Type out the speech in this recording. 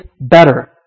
better